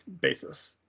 basis